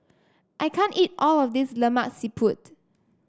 I can't eat all of this Lemak Siput